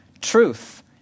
truth